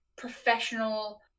professional